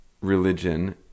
religion